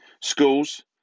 Schools